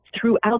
throughout